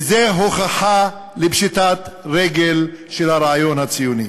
וזו הוכחה לפשיטת רגל של הרעיון הציוני.